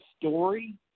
story